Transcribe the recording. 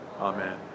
amen